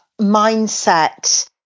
mindset